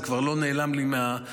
זה כבר לא נעלם לי מהפוקוס,